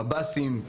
מב"סים,